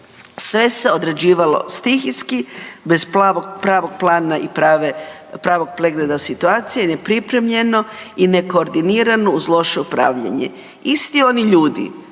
Sve se odrađivali stihijski bez pravog plana i pravog pregleda situacije, nepripremljeno i nekoordinirano uz loše upravljanje. Isti ioni ljudi